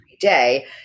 day